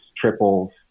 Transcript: triples